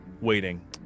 waiting